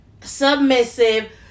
submissive